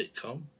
sitcom